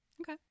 Okay